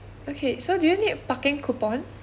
okay so do you need parking coupon